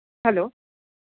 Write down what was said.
hello